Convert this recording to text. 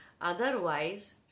Otherwise